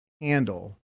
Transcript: handle